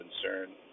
concern